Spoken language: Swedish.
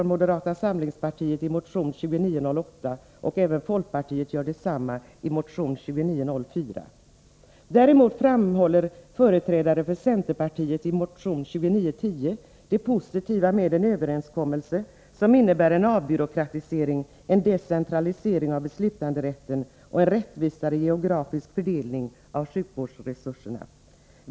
Moderata samlingspartiet yrkar i motion 2908 avslag på propositionen, och folkpartiet gör detsamma i motion 2904. Däremot framhåller företrädare för centerpartiet i motion 2910 det positiva med en överenskommelse som innebär en avbyråkratisering, en decentralisering av beslutanderätten och en rättvisare geografisk fördelning av sjukvårdsresurserna.